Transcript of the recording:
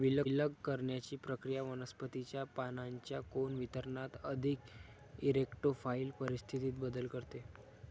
विलग करण्याची प्रक्रिया वनस्पतीच्या पानांच्या कोन वितरणात अधिक इरेक्टोफाइल परिस्थितीत बदल करते